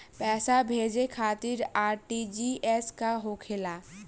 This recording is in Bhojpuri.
पैसा भेजे खातिर आर.टी.जी.एस का होखेला?